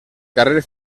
carrer